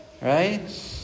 Right